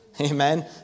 amen